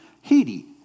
Haiti